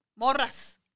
Morras